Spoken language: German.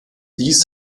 dies